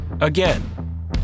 Again